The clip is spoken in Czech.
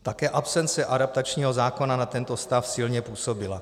Také absence adaptačního zákona na tento stav silně působila.